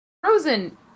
Frozen